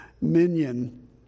Minion